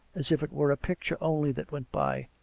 as if it were a picture only that went by.